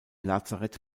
lazarett